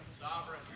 Sovereign